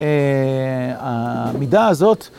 המידה הזאת.